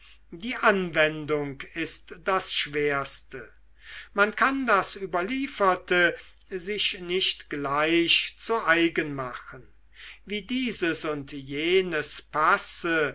die anwendung ist das schwerste man kann das überlieferte sich nicht gleich zu eigen machen wie dieses und jenes passe